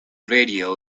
radio